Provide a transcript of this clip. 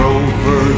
over